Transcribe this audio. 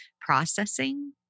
processing